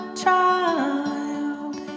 child